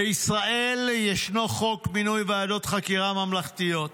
בישראל ישנו חוק מינוי ועדות חקירה ממלכתיות.